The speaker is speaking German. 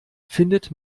findet